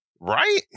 right